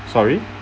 sorry